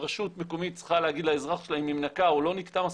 וכשרשות מקומית צריכה להגיד לאזרח שלה אם היא ניקתה או ניקתה מספיק,